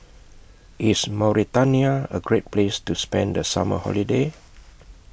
IS Mauritania A Great Place to spend The Summer Holiday